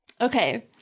Okay